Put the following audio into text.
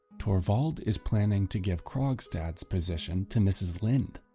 torvald is planning to give krogstad's position to mrs linde.